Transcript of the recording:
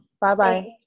bye-bye